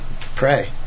pray